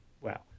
Wow